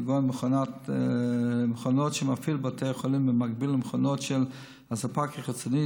כגון מכונות שמפעיל בית החולים במקביל למכונות של הספק החיצוני,